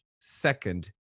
second